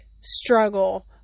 struggle